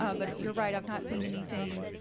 ah but you're right. i'm not saying anything.